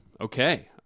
Okay